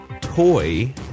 toy